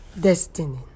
destiny